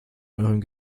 eurem